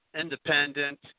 independent